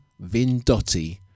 Vindotti